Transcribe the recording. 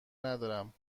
ندارم